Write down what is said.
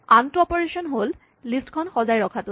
আনটো অপাৰেচন হ'ল লিষ্টখন সজাই ৰখাটো